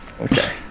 Okay